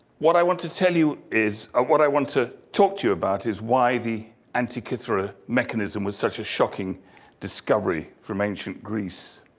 what i want to tell you is, ah what i want to talk to you about is why the antikythera mechanism was such a shocking discovery from ancient greece.